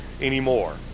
anymore